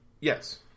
Yes